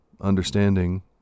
understanding